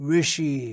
Rishi